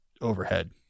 overhead